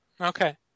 Okay